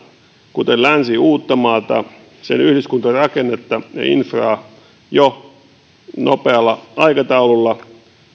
kuten länsi uuttamaata sen yhdyskuntarakennetta ja infraa nopealla aikataululla